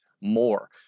more